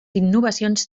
innovacions